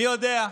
מי יודע,